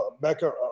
Mecca